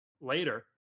later